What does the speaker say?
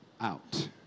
out